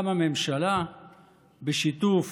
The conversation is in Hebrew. קמה ממשלה בשיתוף